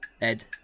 Ed